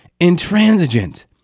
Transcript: intransigent